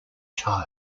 child